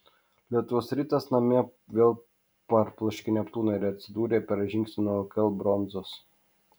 lietuvos rytas namie vėl parbloškė neptūną ir atsidūrė per žingsnį nuo lkl bronzos